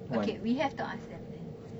okay we have to ask them then